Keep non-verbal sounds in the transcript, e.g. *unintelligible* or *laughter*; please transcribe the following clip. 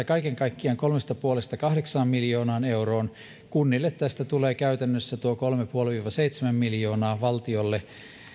*unintelligible* kaiken kaikkiaan kolme pilkku viisi viiva kahdeksan miljoonaa euroa kunnille tästä tulee käytännössä tuo kolme pilkku viisi viiva seitsemän miljoonaa valtiolle